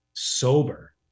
sober